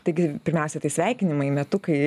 taigi pirmiausia tai sveikinimai metukai